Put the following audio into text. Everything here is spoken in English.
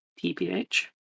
TPH